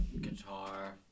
Guitar